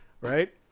right